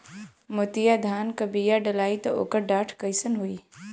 मोतिया धान क बिया डलाईत ओकर डाठ कइसन होइ?